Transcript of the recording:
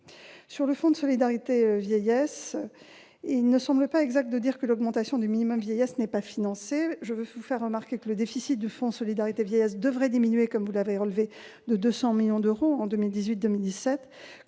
le Fonds de solidarité vieillesse, il n'est pas exact de dire que la hausse du minimum vieillesse n'est pas financée. Je vous fais remarquer que le déficit du Fonds de solidarité vieillesse devrait diminuer- vous l'avez d'ailleurs relevé -de 200 millions d'euros en 2018.